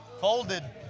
folded